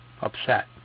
upset